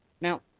Now